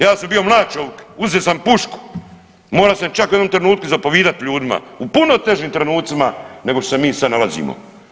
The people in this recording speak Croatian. Ja sam bio mlad čovik, uze sam pušku, mora sam čak u jednom trenutku i zapovidat ljudima u puno težim trenucima nego što se mi sad nalazimo.